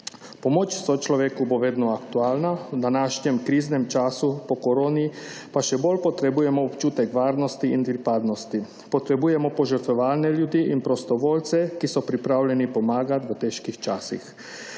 Pomoč sočloveku bo vedno aktualna. V današnjem kriznem času, po koroni, pa še bolj potrebujemo občutek varnosti in pripadnosti. Potrebujemo požrtvovalne ljudi in prostovoljce, ki so pripravljeni pomagat v težkih časih.